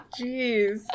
Jeez